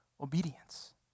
obedience